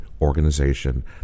organization